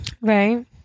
Right